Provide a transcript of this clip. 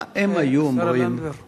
מה הם היו אומרים